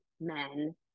men